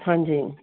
ਹਾਂਜੀ